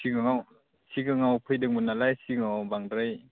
सिगाङाव फैदोंमोन नालाय सिगाङाव बांद्राय